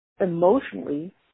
emotionally